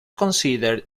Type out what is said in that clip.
considered